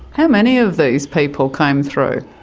how many of these people came through?